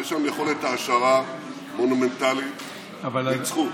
יש שם יכולת העשרה מונומנטלית, והם ניצחו.